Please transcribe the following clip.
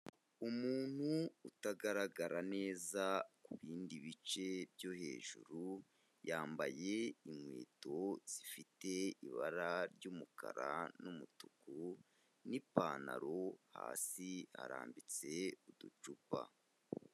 Umuntu utagaragara neza ku bindi bice byo hejuru, yambaye inkweto zifite ibara ry'umukara n'umutuku n'ipantaro, hasi harambitse uducupa.